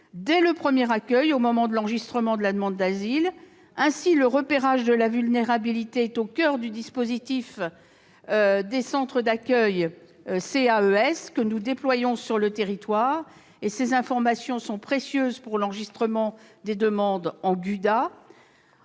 dès le premier accueil au moment de l'enregistrement de la demande d'asile, le repérage de la vulnérabilité est au coeur du dispositif des CAES que nous déployons sur le territoire. Ces informations sont précieuses pour l'enregistrement des demandes auprès